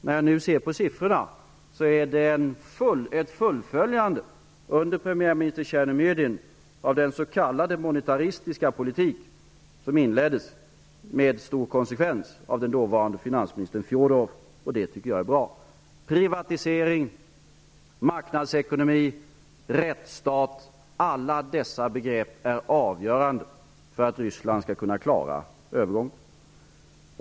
När jag nu ser på siffrorna ser jag ett fullföljande, under premiärministern Tjernomyrdin, av den s.k. monetaristiska politik som inleddes med stor konsekvens av den dåvarande finansministern Fjodorov. Det tycker jag är bra. Privatisering, marknadsekonomi, rättsstat -- alla dessa begrepp är avgörande för att Ryssland skall kunna klara övergången.